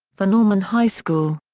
for norman high school.